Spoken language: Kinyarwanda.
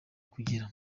kugera